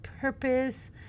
purpose